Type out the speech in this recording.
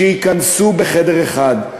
ייכנסו לחדר אחד,